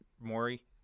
Maury